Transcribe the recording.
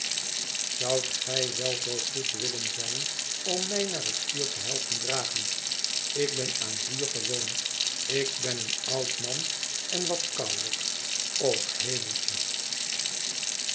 zoudt ge wel zoo goed willen zijn om mij naar het vuur te helpen dragen ik ben aan vuurj gewoon ik ben een oud man en wat kouwelijk och hemeltje